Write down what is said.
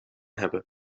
hebben